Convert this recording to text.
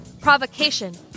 provocation